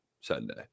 Sunday